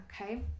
okay